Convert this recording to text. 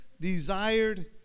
desired